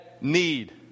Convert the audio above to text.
need